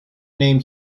name